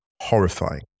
horrifying